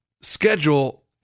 schedule